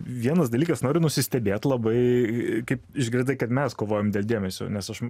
vienas dalykas noriu nusistebėt labai kai išgirdai kad mes kovojam dėl dėmesio nes aš